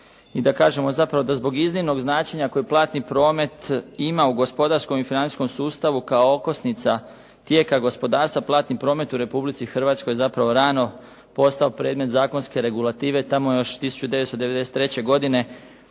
i da zapravo kažemo da zbog iznimnog značenja koji Platni promet ima u gospodarskom i financijskom sustavu kao okosnica tijeka gospodarstva Platni promet u Republici Hrvatskoj zapravo rano postao predmet zakonske regulative, tamo još 1993. godine.